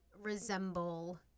resemble